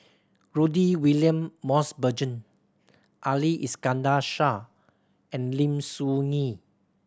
Rudy William Mosbergen Ali Iskandar Shah and Lim Soo Ngee